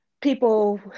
people